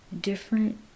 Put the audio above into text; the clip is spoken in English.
Different